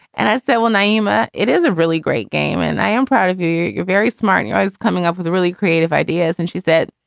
and i said, well, nyima, it is a really great game and i am proud of you. you're very smart. i was coming up with a really creative ideas and she's said,